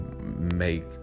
make